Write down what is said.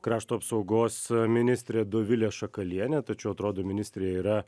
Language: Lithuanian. krašto apsaugos ministrė dovilė šakalienė tačiau atrodo ministrė yra